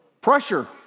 Pressure